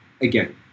again